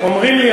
אומרים לי,